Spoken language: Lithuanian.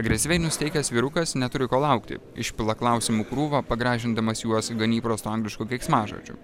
agresyviai nusiteikęs vyrukas neturi ko laukti išpila klausimų krūvą pagražindamas juos gan įprastu anglišku keiksmažodžiu